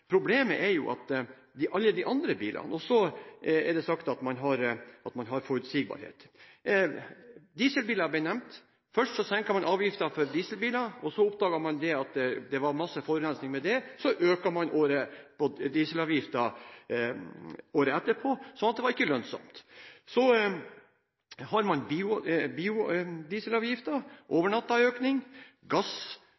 problemet er jo alle de andre bilene. Det er sagt at man har forutsigbarhet. Dieselbiler ble nevnt: Først senket man avgifter for dieselbiler, så oppdaget man at det var masse forurensing med det, og så økte man dieselavgiften året etterpå, slik at det ikke var lønnsomt. Så har man